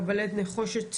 קבלט נחושת,